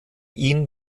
ihn